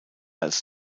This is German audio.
als